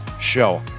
show